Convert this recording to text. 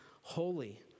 holy